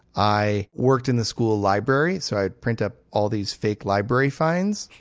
i worked in the school library, so i printed up all these fake library fines,